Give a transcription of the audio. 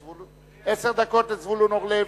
עשר דקות לזבולון אורלב.